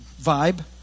vibe